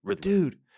Dude